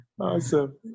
Awesome